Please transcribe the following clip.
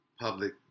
public